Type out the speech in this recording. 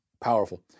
powerful